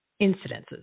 incidences